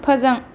फोजों